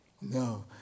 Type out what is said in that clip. No